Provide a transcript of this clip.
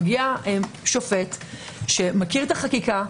מגיע שופט שמכיר את החקיקה,